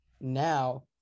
now